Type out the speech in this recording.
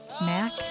Mac